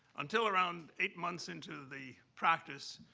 until around eight months into the practice,